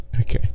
okay